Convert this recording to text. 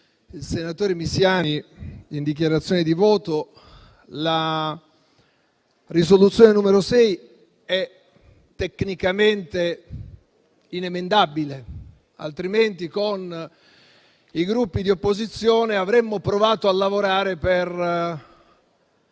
dal senatore Misiani in dichiarazione di voto, la risoluzione n. 6 è tecnicamente inemendabile, altrimenti con i Gruppi di opposizione avremmo provato a lavorare per